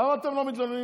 למה אתם לא מתלוננים